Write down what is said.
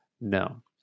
No